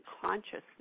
consciousness